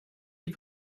die